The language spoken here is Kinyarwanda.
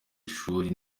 ishuri